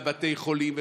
בבתי חולים.